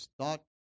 thought